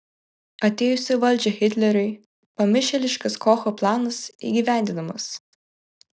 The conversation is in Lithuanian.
atėjus į valdžią hitleriui pamišėliškas kocho planas įgyvendinamas